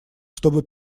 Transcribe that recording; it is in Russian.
чтобы